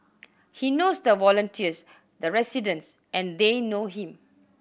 he knows the volunteers the residents and they know him